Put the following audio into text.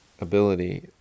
ability